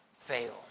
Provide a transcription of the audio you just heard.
fail